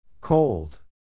Cold